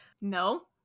No